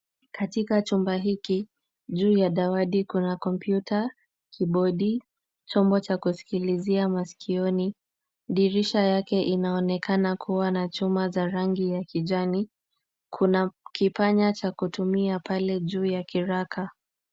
Katika chumba hiki juu ya dawati kuna kompyuta kibodi chombo cha kushikilia masikioni. Dirisha yake inaonekana kuwa na chuma za rangi ya kijani. Kuna kipanya cha kutumia pale juu ya kiraka.